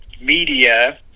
media